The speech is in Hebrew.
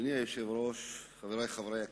אדוני היושב-ראש, חברי חברי הכנסת,